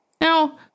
Now